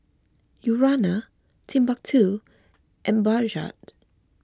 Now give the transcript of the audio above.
Urana Timbuk two and Bajaj